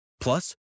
Plus